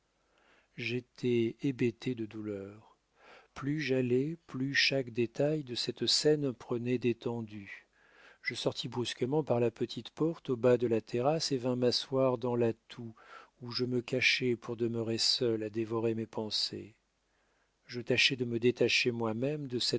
j'étais hébété de douleur plus j'allais plus chaque détail de cette scène prenait d'étendue je sortis brusquement par la petite porte au bas de la terrasse et vins m'asseoir dans la toue où je me cachai pour demeurer seul à dévorer mes pensées je tâchai de me détacher moi-même de